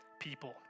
people